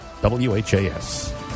WHAS